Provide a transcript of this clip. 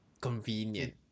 convenient